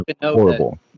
horrible